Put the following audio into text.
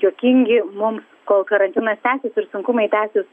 juokingi mums kol karantinas tęsis ir sunkumai tęsis